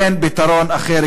אין פתרון אחר,